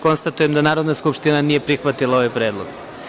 Konstatujem da Narodna skupština nije prihvatila ovaj predlog.